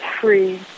free